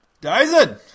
Dyson